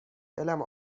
دلم